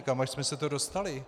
Kam až jsme se to dostali?